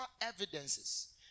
evidences